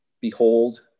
behold